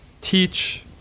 teach